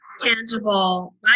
tangible